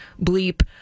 bleep